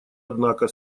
однако